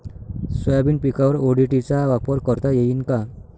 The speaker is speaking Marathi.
सोयाबीन पिकावर ओ.डी.टी चा वापर करता येईन का?